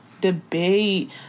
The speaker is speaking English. debate